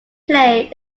play